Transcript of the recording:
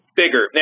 bigger